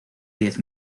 diez